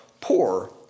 poor